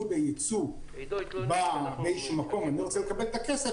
הייצוא באיזשהו מקום ואני רוצה לקבל את הכסף,